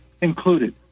included